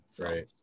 Right